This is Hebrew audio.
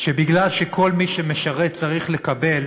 שבגלל שכל מי שמשרת צריך לקבל